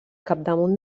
capdamunt